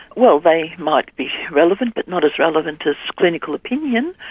well, they might be relevant, but not as relevant as clinical opinion,